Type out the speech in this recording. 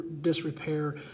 disrepair